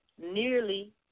Nearly